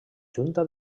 junta